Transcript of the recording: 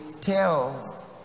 tell